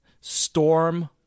Storm